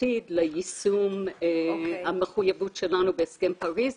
בעתיד ליישום המחויבות שלנו בהסכם פריז.